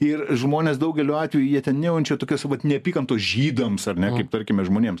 ir žmonės daugeliu atveju jie ten nejaunčia tokios vat neapykantos žydams ar ne kaip tarkime žmonėms